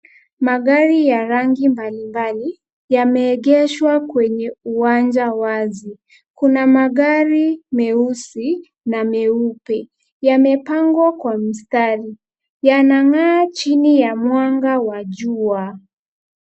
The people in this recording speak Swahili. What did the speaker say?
Magari ya rangi mbalimbali yameegeshwa kwenye uwanja wazi. Kuna magari meusi na meupe. Yamepangwa kwa mstari. Yanang'aa chini ya mwanga wa jua.